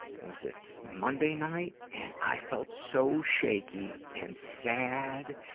was it monday night? and i felt so shaky and sad.